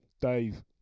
Dave